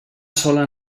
sola